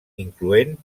incloent